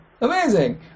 amazing